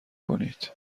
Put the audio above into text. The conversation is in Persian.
کنید